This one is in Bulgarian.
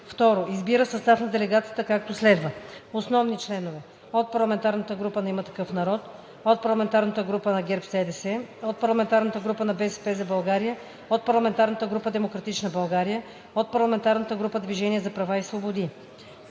2. Избира състав на делегацията, както следва: а) Основни членове: - от парламентарната група на „Има такъв народ“; - от парламентарната група на ГЕРБ-СДС; - от парламентарната група на „БСП за България“; - от парламентарната група на „Демократична България“; - от парламентарната група на „Движение за права и свободи“.